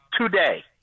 today